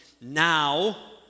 now